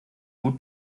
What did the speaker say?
gut